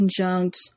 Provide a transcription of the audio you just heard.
conjunct